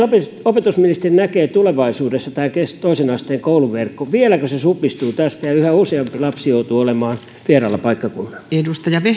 opetusministeri näkee tulevaisuudessa tämän toisen asteen kouluverkon vieläkö se supistuu tästä niin että yhä useampi lapsi joutuu olemaan vieraalla paikkakunnalla